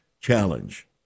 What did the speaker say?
challenge